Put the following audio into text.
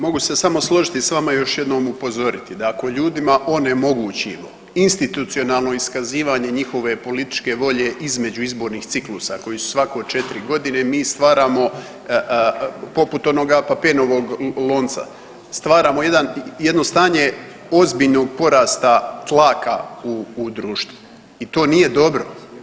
Mogu se samo složiti s vama i još jednom upozoriti da ako ljudima onemogućimo institucionalno iskazivanje njihove političke volje između izbornih ciklusa koji su svako 4 godine, mi stvaramo poput onoga Papinovog lonca, stvaramo jedan, jedno stanje ozbiljnog porasta tlaka u društvu i to nije dobro.